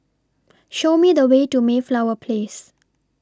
Show Me The Way to Mayflower Place